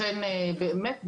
לכן באמת במסורה,